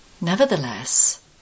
Nevertheless